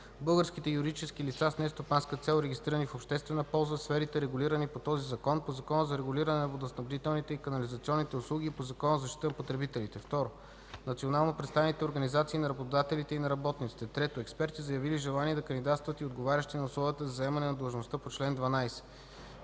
българските юридически лица с нестопанска цел, регистрирани в обществена полза в сферите, регулирани по този закон, по Закона за регулиране на водоснабдителните и канализационните услуги и по Закона за защита на потребителите; 2. национално представените организации на работодатели и на работниците; 3. експерти, заявили желание да кандидатстват и отговарящи на условията за заемане на длъжността по член 12.”